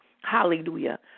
Hallelujah